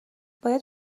باید